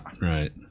Right